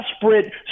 desperate